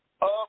up